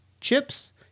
Chips